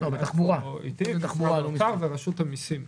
בתחבורה, לא במיסוי.